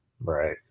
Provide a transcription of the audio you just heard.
Right